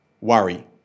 worry